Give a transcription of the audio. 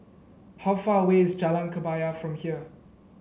how far away is Jalan Kebaya from here